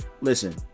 Listen